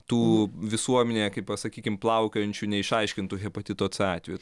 tų visuomenėje kaip pasakykim plaukiojančių neišaiškintų hepatito c atvejų